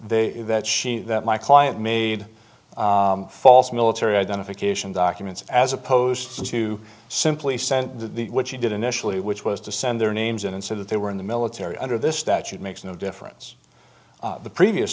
they that she that my client made false military identification documents as opposed to simply sent the which she did initially which was to send their names in and so that they were in the military under this statute makes no difference the previous